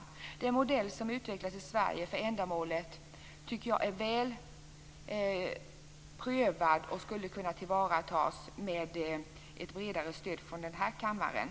Jag tycker att den modell som utvecklats i Sverige för ändamålet är väl prövad och skulle kunna tillvaratas med ett bredare stöd från den här kammaren.